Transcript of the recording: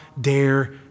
dare